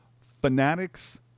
Fanatics